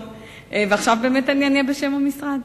ועכשיו אני באמת אענה בשם המשרד,